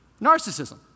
narcissism